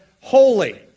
Holy